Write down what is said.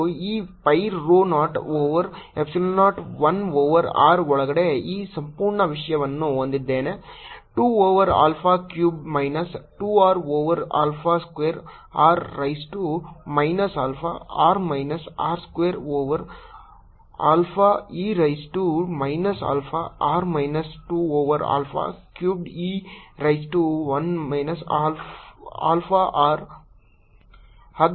ನಾನು ಈ 4 pi rho 0 over epsilon 0 1 over r ಒಳಗಡೆ ಈ ಸಂಪೂರ್ಣ ವಿಷಯವನ್ನು ಹೊಂದಿದ್ದೇನೆ 2 over alpha cube minus 2 r over alpha square r raise to minus alpha r minus r square over alpha e raise to minus alpha r minus 2 over alpha cubed e raise to minus alpha r